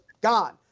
gone